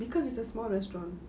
cause it's a small restaurant